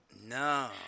No